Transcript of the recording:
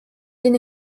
den